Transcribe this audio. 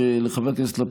אחרי העברת הצעת חוק